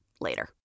later